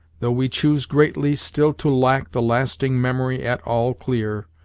though we choose greatly, still to lack the lasting memory at all clear,